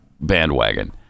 bandwagon